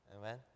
Amen